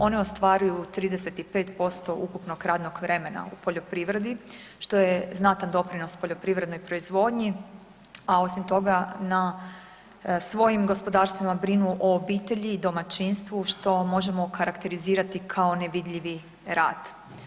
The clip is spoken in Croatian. One ostvaruju 35% ukupnog radnog vremena u poljoprivredi, što je znatan doprinos poljoprivrednoj proizvodnji a osim toga na svojim gospodarstvima brinu o obitelji i domaćinstvu što možemo okarakterizirati kao nevidljivi rad.